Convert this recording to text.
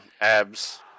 abs